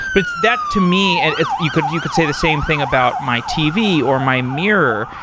but that to me and you could you could say the same thing about my tv, or my mirror.